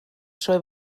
sioe